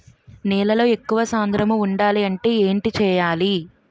నేలలో ఎక్కువ సాంద్రము వుండాలి అంటే ఏంటి చేయాలి?